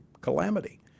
calamity